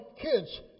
kids